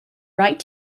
right